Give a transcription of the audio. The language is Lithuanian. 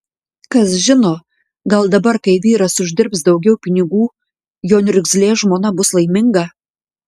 kas žino gal dabar kai vyras uždirbs daugiau pinigų jo niurzglė žmona bus laiminga